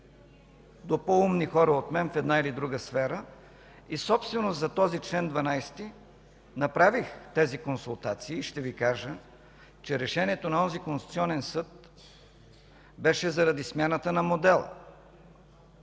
до по-умни хора от мен в една или друга сфера. Собствено за този чл. 12 направих тези консултации и ще Ви кажа, че решението на онзи Конституционен съд беше заради смяната на модела.